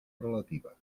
relativa